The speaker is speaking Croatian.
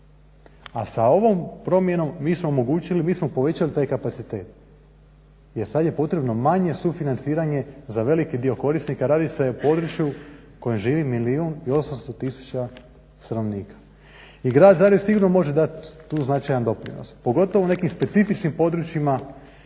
A sa ovom promjenom mi smo omogućili, mi smo povećali taj kapacitet jer sad je potrebno manje sufinanciranje za veliki dio korisnika, radi se o području u kojem živi 1 800 tisuća stanovnika. I Grad Zagreb sigurno može dati tu značajan doprinos, pogotovo u nekim specifičnim područjima